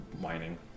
whining